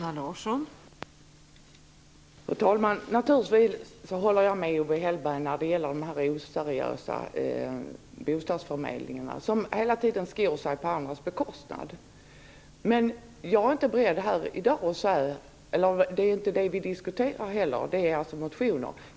Fru talman! Naturligtvis håller jag med Owe Hellberg vad gäller de oseriösa bostadsförmedlingarna, som hela tiden skor sig på andras bekostnad. Men det är inte detta vi diskuterar här i dag - det gäller motioner.